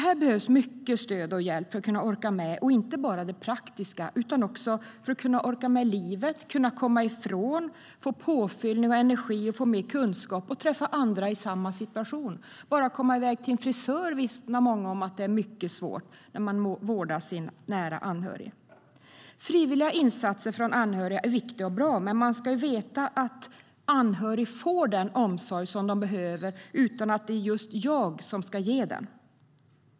Här behövs mycket stöd och hjälp för att man ska kunna orka med, inte bara med det praktiska utan också för att orka med livet, komma ifrån, få påfyllning av energi, få mer kunskap och träffa andra i samma situation. Många vittnar om att det är mycket svårt att bara komma i väg till en frisör när man vårdar en nära anhörig. Frivilliga insatser från anhöriga är viktiga och bra, men man ska veta att den närstående får den omsorg som han eller hon behöver utan att det är just jag som anhörig som ska utföra den.